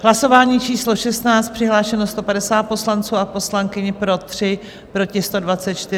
Hlasování číslo 16, přihlášeno 150 poslanců a poslankyň, pro 3, proti 124.